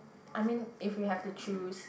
I mean if we have to choose